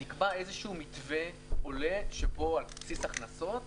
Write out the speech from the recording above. נקבע איזשהו מתווה עולה שבו על בסיס הכנסות,